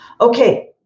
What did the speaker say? Okay